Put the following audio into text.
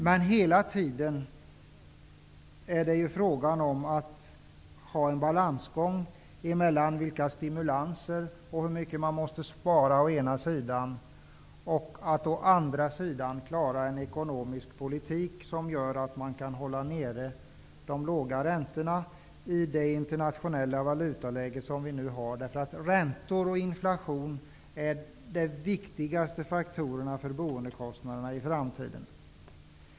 Det är hela tiden fråga om att gå en balansgång mellan stimulanser och det man måste spara å ena sidan och å andra sidan att klara en ekonomisk politik som gör att de låga räntorna kan hållas nere i det internationella valutaläge som nu råder. Räntor och inflation är de viktigaste faktorerna för boendekostnaderna i framtiden.